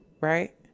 right